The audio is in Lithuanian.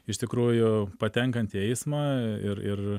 iš tikrųjų patenkant į eismą ir ir